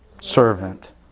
servant